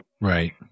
Right